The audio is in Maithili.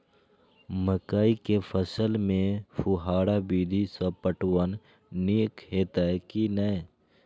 मकई के फसल में फुहारा विधि स पटवन नीक हेतै की नै?